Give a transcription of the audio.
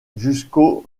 jusqu’au